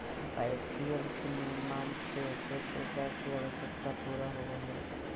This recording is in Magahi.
बायोफ्यूल के निर्माण से स्वच्छ ऊर्जा के आवश्यकता पूरा होवऽ हई